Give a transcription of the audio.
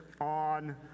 On